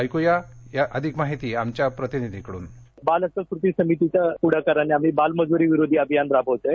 ऐकूया अधिक माहिती आमच्या प्रतिनिधीकडून बालहक्क कृतिसमितीच्या पुढाकारानं आम्ही बालमजूरी विरोधी अभियान राबवतोय